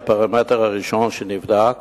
הפרמטר הראשון שנבדק